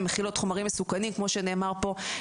הן מכילות חומרים מסוכנים כמו שנאמר פה.